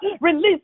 release